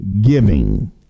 giving